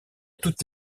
toutes